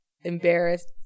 embarrassed